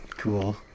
Cool